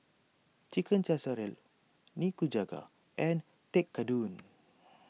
Chicken Casserole Nikujaga and Tekkadon